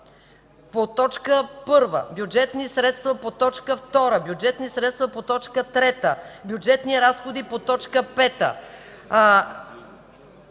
по т. 1, бюджетни средства по т. 2, бюджетни средства по т. 3, бюджетни разходи по т. 5,